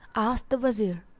asked the wazir,